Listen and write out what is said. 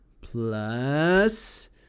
Plus